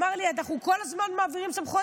אמר לי: אנחנו כל הזמן מעבירים סמכויות,